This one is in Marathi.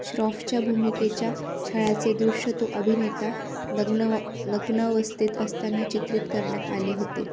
श्रॉफच्या भूमिकेच्या छळाचे दृश्य तो अभिनेता नग्नाव नग्नावस्थेत असताना चित्रित करण्यात आले होते